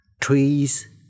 trees